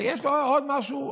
אבל יש לו עוד משהו.